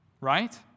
Right